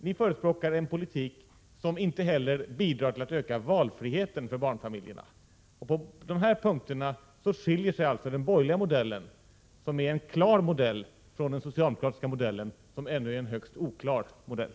Ni förespråkar en politik som inte heller bidrar till att öka valfriheten för barnfamiljerna. På dessa punkter skiljer sig alltså den borgerliga modellen, som är en klar modell, från den socialdemokratiska, som ännu är en högst oklar modell.